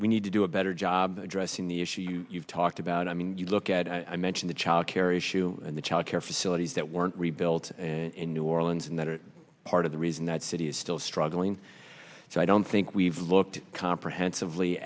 we need to do a better job addressing the issue you've talked about i mean you look at i mention the child care issue and the child care facilities that weren't rebuilt in new orleans and that are part of the reason that city is still struggling so i don't think we've looked comprehensive